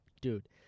dude